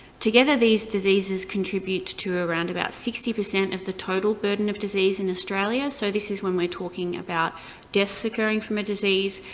together, these diseases contribute to around about sixty percent of the total burden of disease in australia, so this is when we're talking about deaths occurring from a disease,